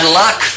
luck